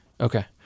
Okay